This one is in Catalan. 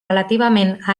relativament